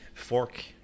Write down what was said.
Fork